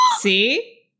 see